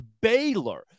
Baylor